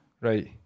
right